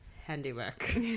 handiwork